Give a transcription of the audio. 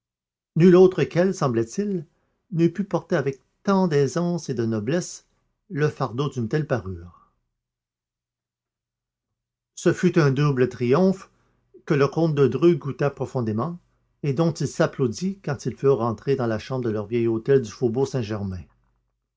nulle autre qu'elle semblait-il n'eût pu porter avec tant d'aisance et de noblesse le fardeau d'une telle parure ce fut un double triomphe que le comte de dreux goûta profondément et dont il s'applaudit quand ils furent rentrés dans la chambre de leur vieil hôtel du faubourg